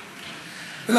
לא,